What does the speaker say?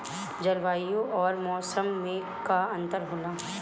जलवायु और मौसम में का अंतर होला?